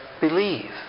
believe